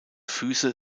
füße